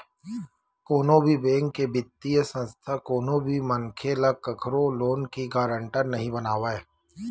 कोनो भी बेंक ते बित्तीय संस्था कोनो भी मनखे ल कखरो लोन के गारंटर नइ बनावय